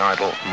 Idol